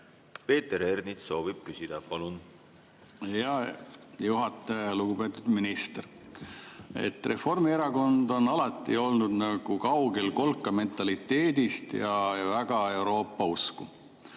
Peeter Ernits soovib küsida. Palun! Hea juhataja! Lugupeetud minister! Reformierakond on alati olnud kaugel kolkamentaliteedist ja on väga Euroopa-usku.